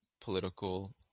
political